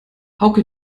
hauke